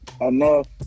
enough